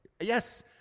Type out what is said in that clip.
Yes